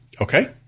Okay